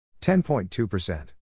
10.2%